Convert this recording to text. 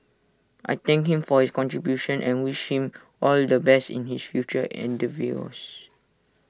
I thank him for his contributions and wish him all the best in his future endeavours